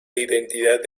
identidad